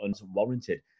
unwarranted